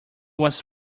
was